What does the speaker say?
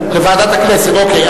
לוועדת הכנסת, אוקיי.